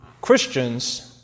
Christians